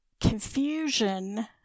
confusion